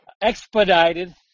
expedited